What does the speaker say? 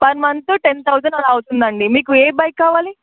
per month ten thousand అలా అవుతుండి అండి మీకు ఏ బైక్ కావాలి